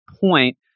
point